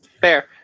fair